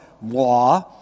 moi